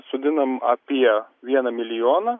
sodinam apie vieną milijoną